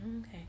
Okay